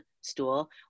stool